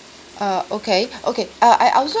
uh okay okay uh I also